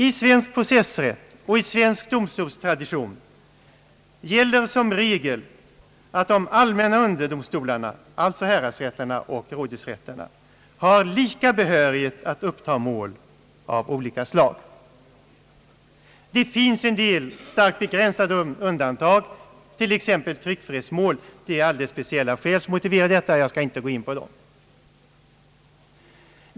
I svensk processrätt och i svensk domstolstradition gäller som regel att de allmänna underdomstolarna, alltså häradsrätterna och rådhusrätterna, har lika behörighet att uppta mål av olika slag. Det finns en del starkt begränsade undantag, t.ex. tryckfrihetsmål. Det är alldeles speciella skäl som motiverar de undantagen, och jag skall inte gå in på dem.